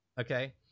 Okay